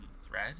thread